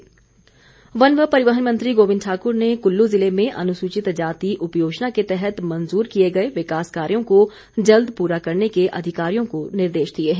गोविंद वन व परिवहन मंत्री गोविंद ठाकुर ने कुल्लू जिले में अनुसूचित जाति उपयोजना के तहत मंजूर किए गए विकास कार्यों को जल्द पूरा करने के अधिकारियों को निर्देश दिए है